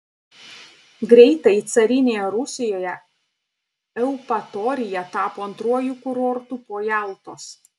greitai carinėje rusijoje eupatorija tapo antruoju kurortu po jaltos